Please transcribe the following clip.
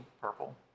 purple